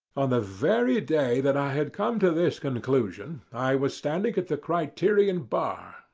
on the very day that i had come to this conclusion, i was standing at the criterion bar,